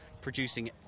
producing